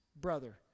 brother